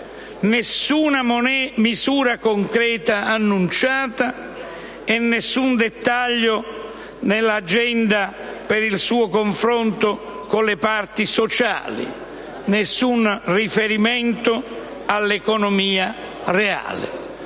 nessuna misura concreta annunciata e nessun dettaglio nell'agenda per il suo confronto con le parti sociali; nessun riferimento all'economia reale.